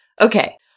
Okay